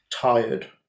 tired